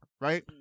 right